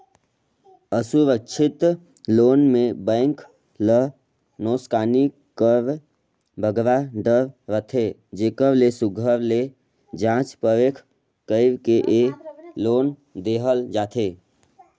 असुरक्छित लोन में बेंक ल नोसकानी कर बगरा डर रहथे जेकर ले सुग्घर ले जाँच परेख कइर के ए लोन देहल जाथे